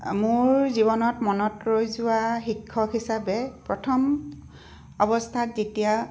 মোৰ জীৱনত মনত ৰৈ যোৱা শিক্ষক হিচাপে প্ৰথম অৱস্থাত যেতিয়া